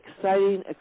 exciting